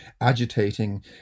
agitating